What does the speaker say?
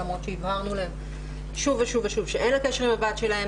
למרות שהבהרנו להם שוב ושוב שאין לה קשר עם הבת שלה.